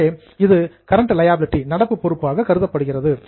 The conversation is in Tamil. எனவே இது கரெண்ட் லியாபிலிடி நடப்பு பொறுப்பாக கருதப்படுகிறது